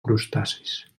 crustacis